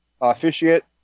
officiate